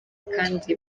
kandi